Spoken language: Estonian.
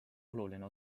oluline